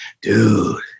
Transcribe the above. dude